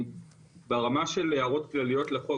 ברמה של הערות כלליות לחוק,